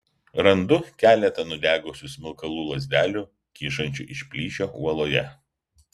randu keletą nudegusių smilkalų lazdelių kyšančių iš plyšio uoloje